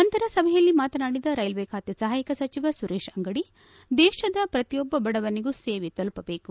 ನಂತರ ಸಭೆಯಲ್ಲಿ ಮಾತನಾಡಿದ ರೈಲ್ಲೆ ಖಾತೆ ಸಹಾಯಕ ಸಚಿವ ಸುರೇಶ್ ಅಂಗಡಿ ದೇಶದ ಪ್ರತಿಯೊಬ್ಬ ಬಡವನಿಗೂ ಸೇವೆ ತಲುಪಬೇಕು